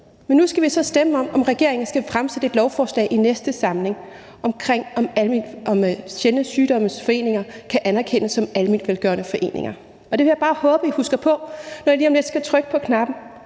Men nu skal vi så stemme om, om regeringen skal fremsætte et lovforslag i næste samling om, om foreninger for sjældne sygdomme kan anerkendes som almenvelgørende foreninger, og det vil jeg bare håbe I husker på, når I lige om lidt skal trykke på knappen,